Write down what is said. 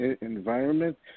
environment